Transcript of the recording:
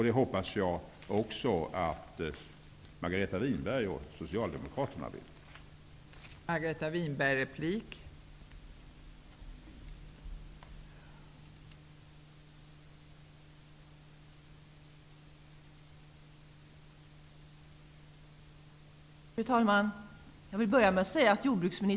Det hoppas jag att även Margareta Winberg och Socialdemokraterna vill göra.